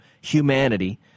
humanity—